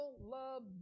love